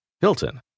Hilton